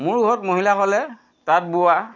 মোৰ ঘৰত মহিলাসকলে তাঁত বোৱা